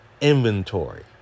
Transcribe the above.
inventory